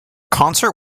concert